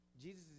Jesus